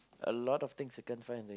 a lot of things I can't find in the